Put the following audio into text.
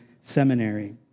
seminary